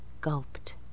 Gulped